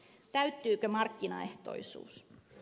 täyttyykö markkinaehtoisuus